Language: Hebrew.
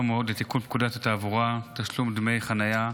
מאוד לתיקון פקודת התעבורה (תשלום דמי חניה).